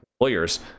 employers